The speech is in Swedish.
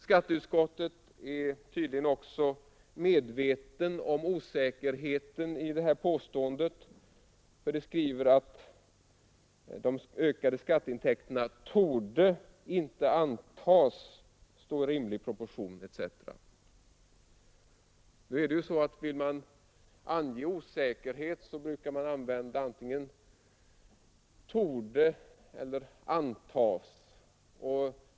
Skatteutskottets medlemmar är tydligen medvetna om osäkerheten i det här påståendet för de skriver att de ökade skatteintäkterna ”torde ——— inte antas stå i rimlig proportion”. Vill man ange osäkerhet brukar man använda antingen ”torde” eller ”antas”.